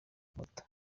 moto